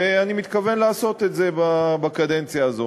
ואני מתכוון לעשות את זה בקדנציה הזו.